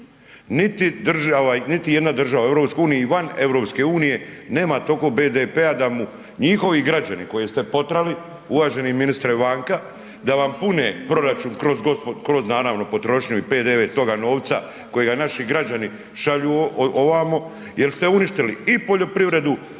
Niti jedna država u EU i van EU nema toliko BDP-a da mu njihovi građani koje ste potrali, uvaženi ministra vanka, da vam pune proračun kroz naravno potrošnju i PDV toga novca kojega naši građani šalju ovamo jel ste uništili i poljoprivredu